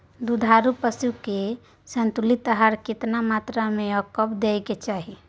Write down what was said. दुधारू पशुओं के संतुलित आहार केतना मात्रा में आर कब दैय के चाही?